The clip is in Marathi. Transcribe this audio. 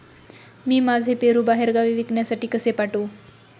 मी माझे पेरू बाहेरगावी विकण्यासाठी कसे पाठवू?